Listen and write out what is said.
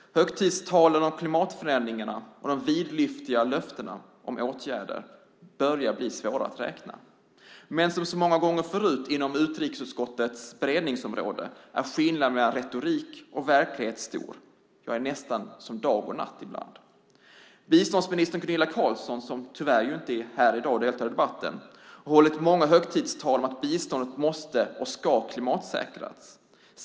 Högtidstalen om klimatförändringarna och de vidlyftiga löftena om åtgärder börjar bli svåra att räkna. Men som så många gånger förut inom utrikesutskottets beredningsområde är skillnaden mellan retorik och verklighet stor, ja nästan som dag och natt ibland. Biståndsminister Gunilla Carlsson, som tyvärr inte är här i dag och deltar i debatten, har hållit många högtidstal om att biståndet måste och ska klimatsäkras.